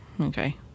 Okay